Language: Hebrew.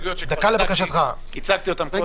ההסתייגות אומרת שכל בן אדם יוכל עד 74 יום לפני הבחירות